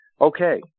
okay